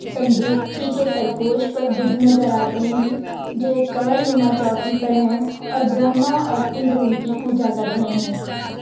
صندوقچی کے سرپوش پر بدھ نظر آتے ہیں جو ایک کنول نما چوکی پر ہیں اور برہما اور اندر ان کی پوجا کر رہے ہیں